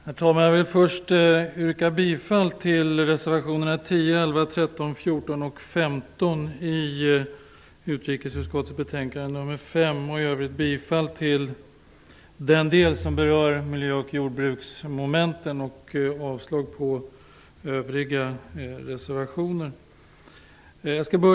Herr talman! Jag vill först yrka bifall till reservationerna 10, 11, 13, 14 och 15 i utrikesutskottets betänkande nr 5 och i övrigt bifall till den del som berör miljö och jordbruksmomenten samt avslag på övriga reservationer. Herr talman!